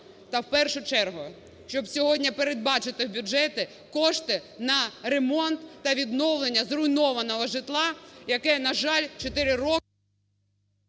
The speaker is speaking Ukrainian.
та, в першу чергу, щоб сьогодні передбачити в бюджеті кошти на ремонт та відновлення зруйнованого житла, яке, на жаль, 4 роки...